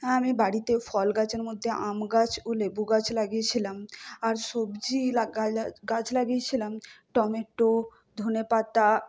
হ্যাঁ আমি বাড়িতে ফল গাছের মধ্যে আম গাছ ও লেবু গাছ লাগিয়েছিলাম আর সবজি লাগালে গাছ লাগিয়েছিলাম টমেটো ধনে পাতা